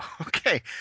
Okay